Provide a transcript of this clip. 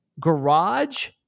garage